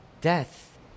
death